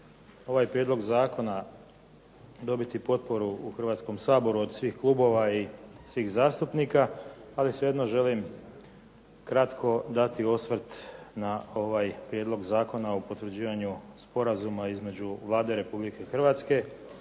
ovaj prijedlog zakona dobiti potporu u Hrvatskom saboru od svih klubova i svih zastupnika, ali svejedno želim kratko dati osvrt na ovaj Prijedlog zakona o potvrđivanju Sporazuma između Vlade Republike Hrvatske